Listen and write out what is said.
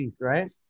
right